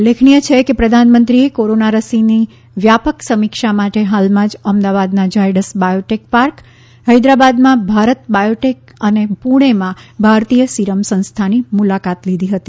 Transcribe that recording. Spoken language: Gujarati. ઉલ્લેખનીય છે કે પ્રધાનમંત્રીએ કોરોના રસીની વ્યાપક સમીક્ષા માટે હાલમાં જ અમદાવાદના ઝાયડસ બાયોટેક પાર્ક હૈદરાબાદમાં ભારત બાયોટેક અને પૂણેમાં ભારતીય સીરમ સંસ્થાની મુલાકાત કરી હતી